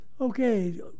Okay